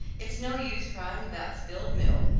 it's no use crying about spilled milk,